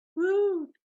woot